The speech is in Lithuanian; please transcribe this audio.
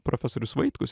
profesorius vaitkus